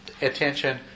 attention